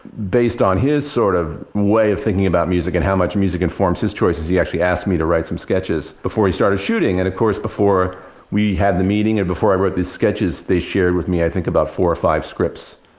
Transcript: based on his sort of way of thinking about music and how much music informs his choices, he actually asked me to write some sketches before he started shooting. and of course, before we had the meeting and before i wrote these sketches, they shared with me i think about four or five scripts.